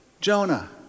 Jonah